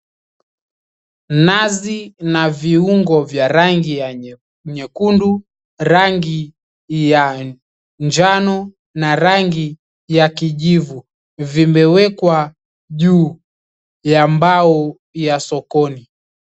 Nazi na viungo vya rangi ya nyekundu, rangi ya njano na rangi ya kijivu vimewekwa juu ya mbao ya sokoni.